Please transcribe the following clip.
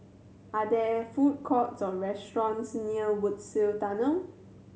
are there food courts or restaurants near Woodsville Tunnel